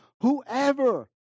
Whoever